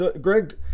Greg